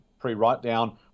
pre-write-down